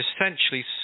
essentially